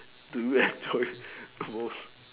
do you enjoy most